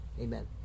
Amen